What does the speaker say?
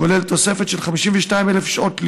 כולל תוספת של 52,000 שעות לימוד,